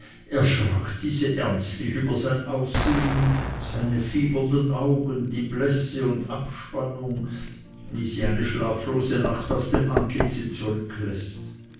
erschrak diese ernstlich über sein aussehen seine fiebernden augen die blässe und abspannung wie sie eine schlaflose nacht auf dem antlitze zurückläßt